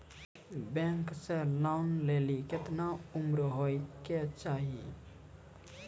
Bank से loan लेली केतना उम्र होय केचाही?